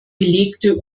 belegte